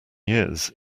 years